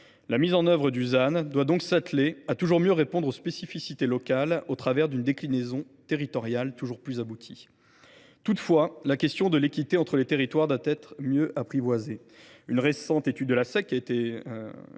la mise en œuvre du ZAN, à toujours mieux répondre aux spécificités locales au travers d’une déclinaison territoriale toujours plus aboutie. Toutefois, la question de l’équité entre les territoires doit être mieux apprivoisée.